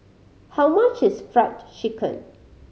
how much is Fried Chicken